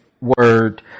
word